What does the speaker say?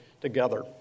together